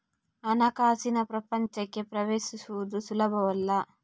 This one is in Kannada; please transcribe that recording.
ಹಣಕಾಸಿನ ಪ್ರಪಂಚಕ್ಕೆ ಪ್ರವೇಶಿಸುವುದು ಸುಲಭವಲ್ಲ